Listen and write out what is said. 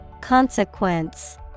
Consequence